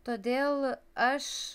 todėl aš